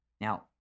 Now